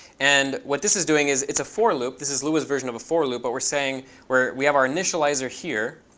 and what this is doing is it's a for loop. this is lua's version of a for loop. but we're saying we have our initializer here.